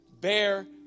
bear